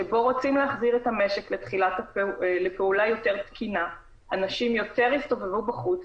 שבו רוצים להחזיר את המשק לפעולה יותר תקינה ואנשים יותר יסתובבו בחוץ,